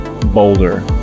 boulder